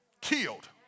killed